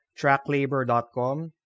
tracklabor.com